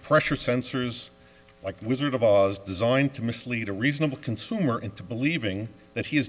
pressure sensors like wizard of oz designed to mislead a reasonable consumer into believing that he is